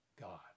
God